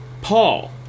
Paul